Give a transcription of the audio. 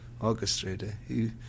orchestrator